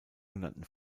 genannten